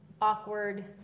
Awkward